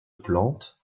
plante